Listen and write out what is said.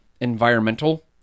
environmental